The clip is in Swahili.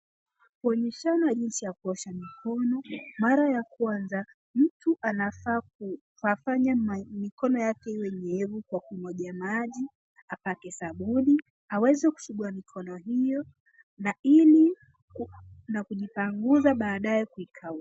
Onyeshana jinsi ya kuosha mikono. Mara ya kwanza, mtu anafaa kufanya mikono yake iwe nyevu kwa kumwaga maji, apake sabuni, aweze kusugua mikono hiyo na ili na kujipanguza baadaye kuikau.